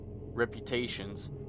reputations